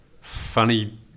funny